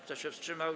Kto się wstrzymał?